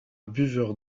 buveur